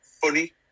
funny